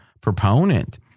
proponent